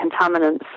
contaminants